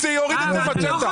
שהוא יוריד אותה במצ'טה?